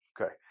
Okay